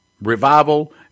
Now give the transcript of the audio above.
revival